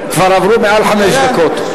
כבר עברו מעל חמש דקות.